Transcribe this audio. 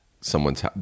someone's